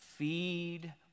Feed